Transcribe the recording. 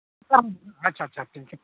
ᱟᱪᱪᱷᱟ ᱟᱪᱪᱷᱟ